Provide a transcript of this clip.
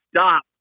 stop